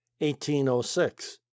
1806